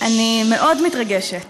אני מאוד מתרגשת